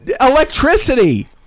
electricity